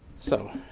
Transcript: so,